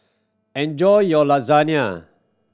enjoy your Lasagne